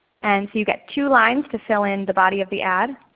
and you get two lines to fill in the body of the ad.